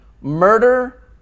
murder